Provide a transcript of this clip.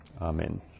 Amen